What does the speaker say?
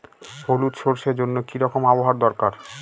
হলুদ সরষে জন্য কি রকম আবহাওয়ার দরকার?